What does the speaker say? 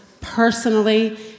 personally